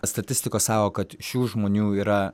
statistikos sako kad šių žmonių yra